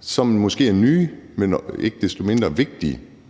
som måske er nye, men ikke desto mindre vigtige,